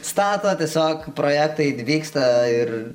stato tiesiog projektai vyksta ir